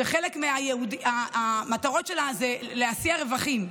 שחלק מהמטרות שלה הן השאת רווחים,